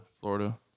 Florida